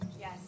yes